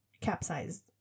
capsized